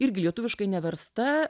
irgi lietuviškai neversta